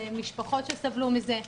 משפחות שסבלו מזה,